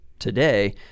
today